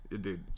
Dude